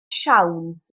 siawns